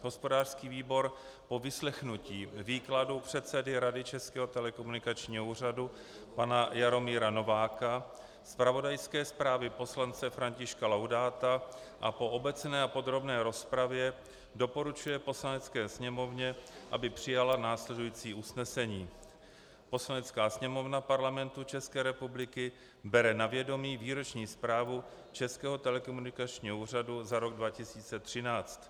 Hospodářský výbor po vyslechnutí výkladu předsedy Rady Českého telekomunikačního úřadu pana Jaromíra Nováka, zpravodajské zprávě poslance Františka Laudáta a po obecné a podrobné rozpravě doporučuje Poslanecké sněmovně, aby přijala následující usnesení: Poslanecká sněmovna Parlamentu České republiky bere na vědomí Výroční zprávu Českého telekomunikačního úřadu za rok 2013.